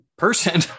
person